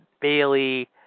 Bailey